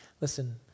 Listen